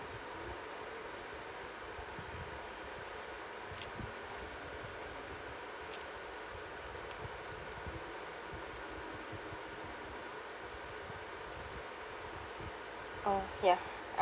oh ya